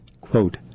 Quote